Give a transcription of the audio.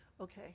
Okay